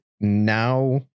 now